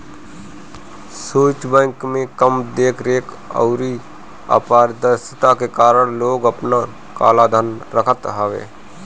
Swiss bank में कम देख रेख अउरी अपारदर्शिता के कारण लोग आपन काला धन रखत हवे